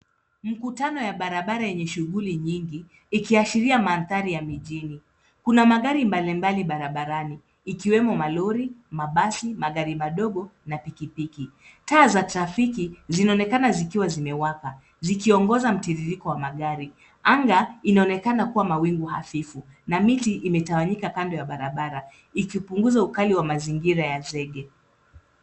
Mkutano ya barabara yenye shughuli nyingi, ikiashiria mandhari ya mijini. Kuna magari mbalimbali barabarani ikiwemo malori, mabasi, magari madogo na pikipiki. Taa za trafiki zinaonekana zikiwa zimewaka, zikiongoza mtiririko wa magari. Anga inaonekana kuwa mawingu hafifu, na miti imetawanyika kando ya barabara, ikipunguza ukali wa mazingira ya zege.